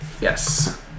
Yes